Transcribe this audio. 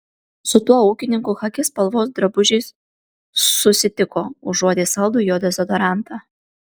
su tuo ūkininku chaki spalvos drabužiais susitiko užuodė saldų jo dezodorantą